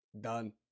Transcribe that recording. done